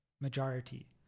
majority